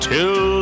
Till